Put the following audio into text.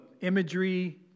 imagery